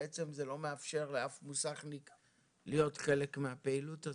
בעצם זה לא מאפשר לאף מוסכניק להיות חלק מהפעילות הזאת.